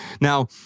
Now